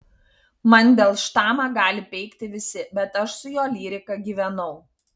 mandelštamą gali peikti visi bet aš su jo lyrika gyvenau